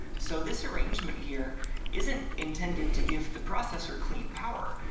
so this arrangement here isn't intended to give the processor clean power.